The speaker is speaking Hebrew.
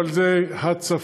אבל זה הצפון,